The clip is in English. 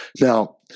Now